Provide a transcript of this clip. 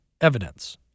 evidence